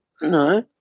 No